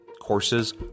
Courses